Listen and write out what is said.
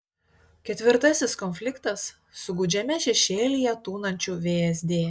ketvirtasis konfliktas su gūdžiame šešėlyje tūnančiu vsd